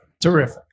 terrific